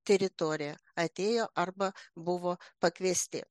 teritoriją atėjo arba buvo pakviesti